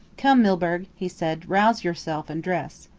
come, milburgh, he said, rouse yourself and dress.